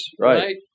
right